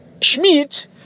Schmidt